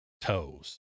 toes